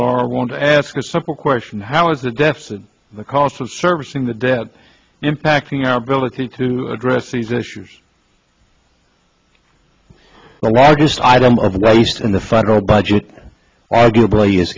laura won't ask a simple question how is the deficit the cost of servicing the debt impacting our ability to address these issues the largest item of waste in the federal budget arguably is